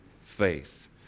faith